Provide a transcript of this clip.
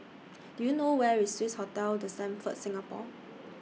Do YOU know Where IS Swissotel The Stamford Singapore